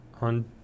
on